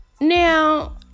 now